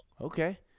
Okay